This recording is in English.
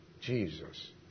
Jesus